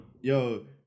Yo